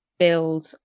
build